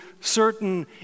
certain